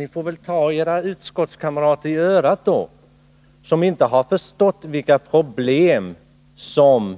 Ni får väl ta era utskottskamrater i örat — de som inte förstått vilka problem som